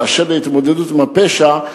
באשר להתמודדות עם הפשע,